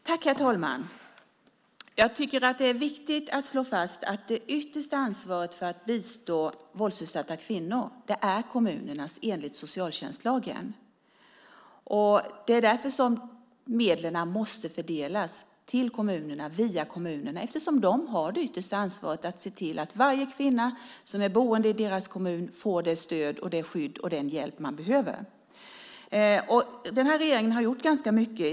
Herr talman! Jag tycker att det är viktigt att slå fast att det enligt socialtjänstlagen är kommunerna som har det yttersta ansvaret för att bistå våldutsatta kvinnor. Därför måste medlen fördelas till kommunerna och via kommunerna. Det är de som har det yttersta ansvaret för att se till att varje kvinna som bor i deras kommun får det stöd, det skydd och den hjälp hon behöver. Den här regeringen har gjort ganska mycket.